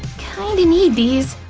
kinda need these,